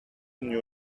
knew